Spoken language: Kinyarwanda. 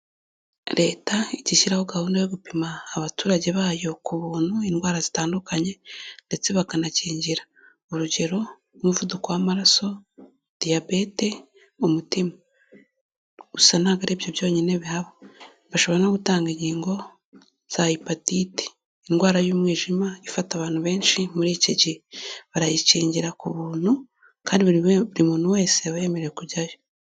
Leta ijya ishyiraho gahunda yo gupima abaturage bayo ku buntu, indwara zitandukanye ndetse bakanakingira. Urugero, umuvuduko w'amaraso, diyabete, umutima. Gusa ntabwo ari ibyo byonyine bihaba, bashobora no gutanga inkingo za epatite, indwara y'umwijima ifata abantu benshi muri iki gihe, barayicyingira ku buntu, kandi buri muntu wese aba yemerewe kujyayo.